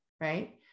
right